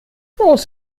aus